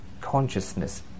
consciousness